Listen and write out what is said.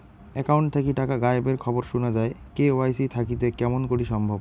Account থাকি টাকা গায়েব এর খবর সুনা যায় কে.ওয়াই.সি থাকিতে কেমন করি সম্ভব?